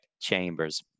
Chambers